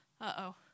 uh-oh